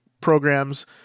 programs